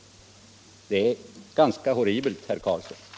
Det är ganska horribelt, herr Karlsson i Ronneby.